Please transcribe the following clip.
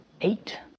eight